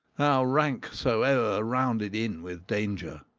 how rank soever rounded in with danger.